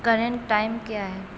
current time کیا ہے